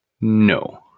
No